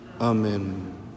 Amen